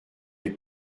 les